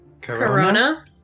Corona